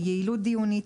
ליעילות דיונית.